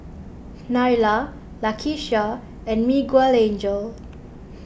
Nyla Lakisha and Miguelangel